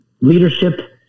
leadership